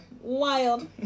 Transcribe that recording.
wild